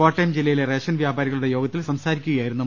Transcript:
കോട്ടയം ജില്ലയിലെ റേഷൻ വ്യാപാരികളുടെ യോഗത്തിൽ സംസാരിക്കു കയായിരുന്നു മന്ത്രി